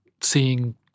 seeing